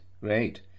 great